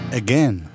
again